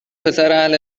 پسراهل